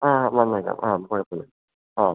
ആ വന്നേക്കാം ആ കുഴപ്പമില്ല ആ